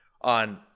on